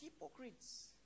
hypocrites